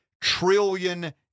trillion